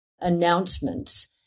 announcements